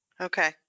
Okay